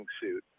suit